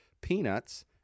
peanuts